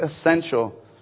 essential